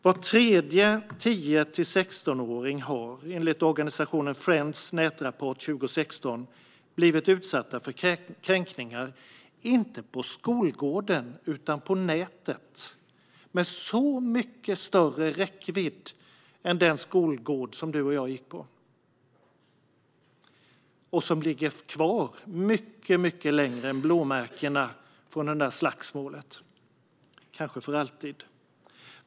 Enligt organisationen Friends nätrapport 2016 har var tredje 10-16-åring blivit utsatt för kränkningar, inte på skolgården utan på nätet med så mycket större räckvidd än den skolgård som du och jag gick på. Och det sitter kvar mycket längre än blåmärkena från det där slagsmålet - kanske för alltid.